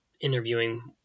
interviewing